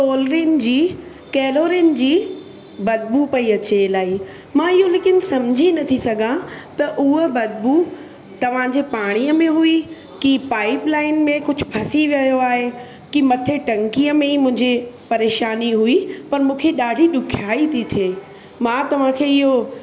chlorine जी chlorine जी बदबू पई अचे इलाही मां इहो लेकिन सम्झी नथी सघां त उहा बदबू तव्हांजे पाणीअ में हुई की पाइपलाइन में कुझु फसी वियो आहे की मथे टंकीअ में मुंहिंजे परेशानी हुई पर मूंखे ॾाढी ॾुखियाई थी थिए मां तव्हांखे इहो